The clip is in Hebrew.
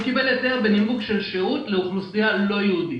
הוא קיבל היתר בנימוק של שירות לאוכלוסייה לא יהודית.